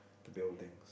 the buildings